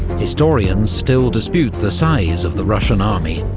historians still dispute the size of the russian army,